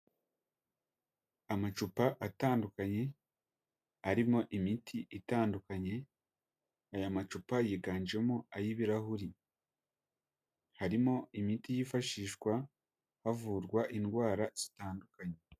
Amacupa atandukanye arimo imiti itandukanye aya macupa yiganjemo ay'ibirahuri harimo imiti yifashishwa havurwa indwara zitandukanye.